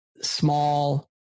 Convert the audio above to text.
small